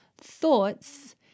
thoughts